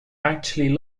actually